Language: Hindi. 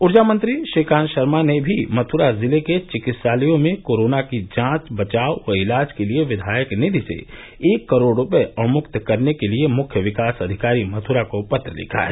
ऊर्जा मंत्री श्रीकांत शर्मा ने भी मथुरा जिले के चिकित्सालयों में कोरोना की जांच बचाव व इलाज के लिए विधायक निधि से एक करोड़ रूपये अवमुक्त करने के लिए मुख्य विकास अधिकारी मथुरा को पत्र लिखा है